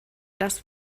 das